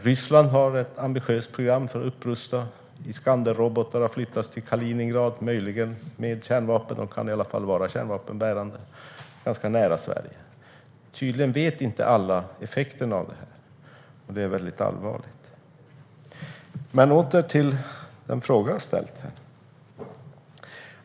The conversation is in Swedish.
Ryssland har ett ambitiöst program för att upprusta. Iskanderrobotar har flyttats till Kaliningrad, möjligen med kärnvapen - de kan i alla fall vara kärnvapenbärande. Det är ganska nära Sverige. Tydligen vet inte alla effekten av detta, och det är väldigt allvarligt. Jag återkommer till den fråga jag har ställt.